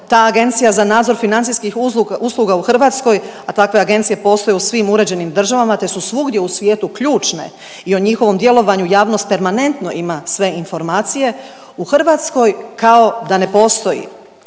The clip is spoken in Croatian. ta agencija za nadzor financijskih usluga u Hrvatskoj, a takve agencije posluju u svim uređenim državama te su svugdje u svijetu ključne i o njihovom djelovanju javnost permanentno ima sve informacije, u Hrvatskoj kao da ne postoji.